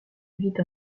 vite